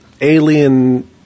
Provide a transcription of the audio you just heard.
alien